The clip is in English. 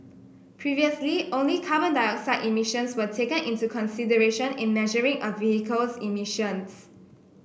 previously only carbon dioxide emissions were taken into consideration in measuring a vehicle's emissions